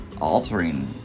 altering